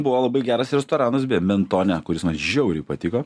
buvo labai geras restoranas beja mentone kuris man žiauriai patiko